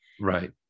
Right